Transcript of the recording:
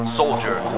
soldier